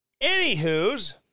Anywho's